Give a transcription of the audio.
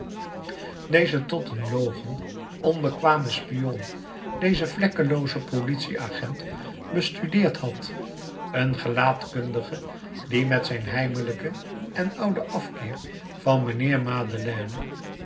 dezen tot een logen onbekwamen spion dezen vlekkeloozen politieagent bestudeerd had een gelaatkundige die met zijn heimelijken en ouden afkeer van mijnheer madeleine